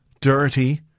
dirty